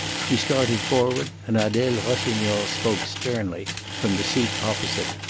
she started forward, and adele rossignol spoke sternly from the seat opposite.